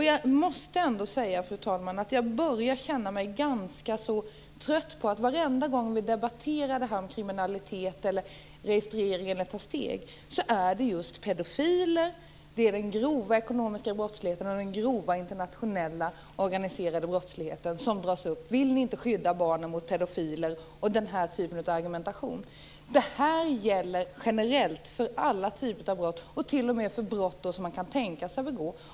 Jag måste ändå säga, fru talman, att jag börjar känna mig ganska så trött på att det varenda gång vi debatterar kriminalitet och registrering är just pedofiler, den grova ekonomiska brottsligheten och den grova internationella organiserade brottsligheten som dras upp; vill ni inte skydda barnen mot pedofiler och den typen av argumentation. Det här gäller generellt för alla typer av brott, t.o.m. för brott som man kan tänka sig begå.